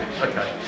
Okay